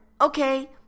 Okay